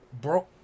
bro